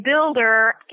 builder